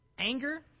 Anger